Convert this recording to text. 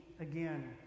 again